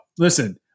Listen